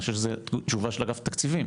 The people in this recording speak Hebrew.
אני חשוב שזו תשובה של אגף התקציבים.